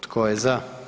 Tko je za?